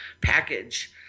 package